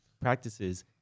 practices